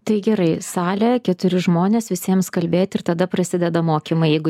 tai gerai salė keturi žmonės visiems kalbėti ir tada prasideda mokymai jeigu